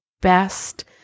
best